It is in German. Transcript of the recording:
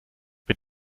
mit